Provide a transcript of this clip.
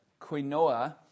quinoa